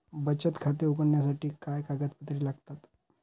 बचत खाते उघडण्यासाठी काय कागदपत्रे लागतात?